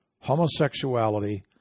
homosexuality